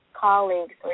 colleagues